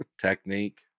technique